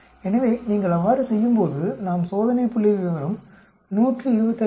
எனவே நீங்கள் அவ்வாறு செய்யும்போது நாம் சோதனை புள்ளிவிவரம் 125